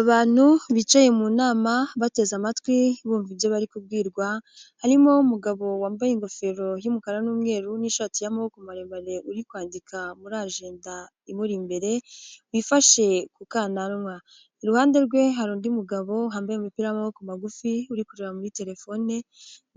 Abantu bicaye mu nama bateze amatwi bumva ibyo bari kubwirwa, harimo umugabo wambaye ingofero y'umukara n'umweru n'ishati y'amaboko maremare uri kwandika muri ajenda imuri imbere bifashe kukananwa, iruhande rwe hari undi mugabo wambaye umupira w'amaboko magufi uri kureba muri telefone